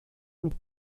mit